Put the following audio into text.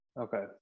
Okay